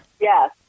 Yes